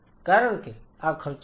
કારણ કે આ ખર્ચાળ છે